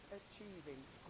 achieving